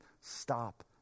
stop